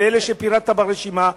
ואלה שפירטת ברשימה,